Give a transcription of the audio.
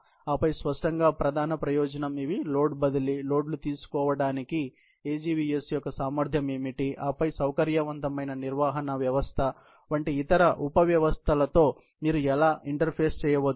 ఆపై స్పష్టంగా ప్రధాన ప్రయోజనం ఇది లోడ్ బదిలీ లోడ్లు తీసుకోవటానికి AGVS యొక్క సామర్థ్యం ఏమిటి ఆపై సౌకర్యవంతమైన నిర్వహణ వ్యవస్థ వంటి ఇతర ఉపవ్యవస్థలతో మీరు ఎలా ఇంటర్ఫేస్ చేయవచ్చు